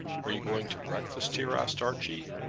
are you going to breakfast here? asked archie.